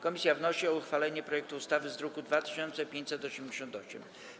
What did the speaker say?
Komisja wnosi o uchwalenie projektu ustawy z druku nr 2588.